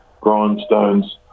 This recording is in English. grindstones